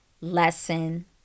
lesson